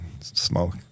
smoke